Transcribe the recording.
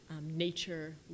nature